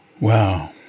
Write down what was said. Wow